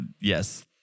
yes